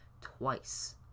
twice